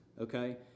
Okay